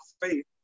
faith